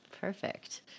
Perfect